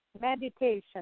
meditation